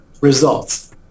results